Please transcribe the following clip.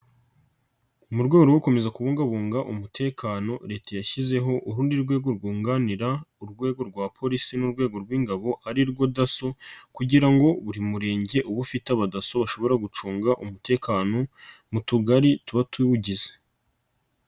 Mu rwego rwo gukomeza kubungabunga umutekano leta yashyizeho urundi rwego rwunganira urwego rwa polisi n'urwego rw'ingabo ari rwo dasso kugira ngo buri murenge uba ufite abadasso ushobora gucunga umutekano mu tugari tuba tuwugize.